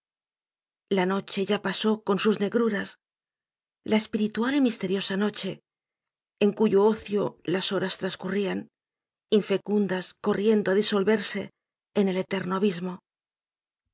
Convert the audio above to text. lia noche ya pasó con sus negruras la espiritual y misteriosa noche en cuyo ocio las horas trascurrían infecundas corriendo á disolverse en el eterno abismo